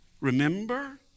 Remember